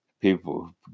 People